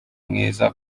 mwiza